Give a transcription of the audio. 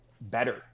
better